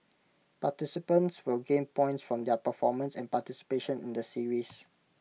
participants will gain points from their performance and participation in the series